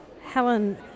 Helen